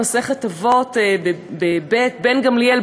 במסכת אבות ב': "רבן גמליאל,